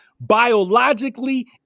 biologically